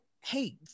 hey